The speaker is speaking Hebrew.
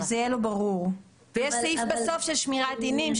יש סעיף בסוף של שמירת דינים,